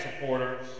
supporters